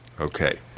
Okay